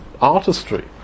artistry